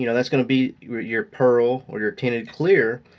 you know that's gonna be your your pearl or your tinted clear.